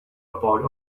about